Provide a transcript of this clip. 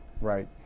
Right